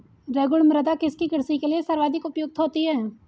रेगुड़ मृदा किसकी कृषि के लिए सर्वाधिक उपयुक्त होती है?